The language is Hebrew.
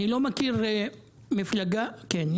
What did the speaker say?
אני לא מכיר מפלגה כן,